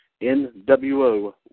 NWO